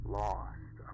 lost